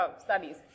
studies